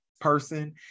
person